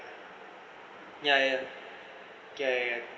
ya ya ya ya ya